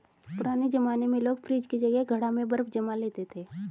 पुराने जमाने में लोग फ्रिज की जगह घड़ा में बर्फ जमा लेते थे